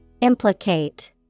Implicate